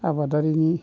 आबादारिनि